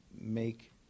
make